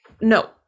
no